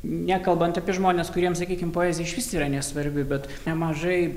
nekalbant apie žmones kuriems sakykim poezija išvis yra nesvarbi bet nemažai